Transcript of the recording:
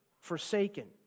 Forsaken